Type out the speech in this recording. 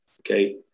Okay